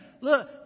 Look